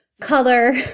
color